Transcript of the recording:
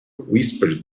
whisperer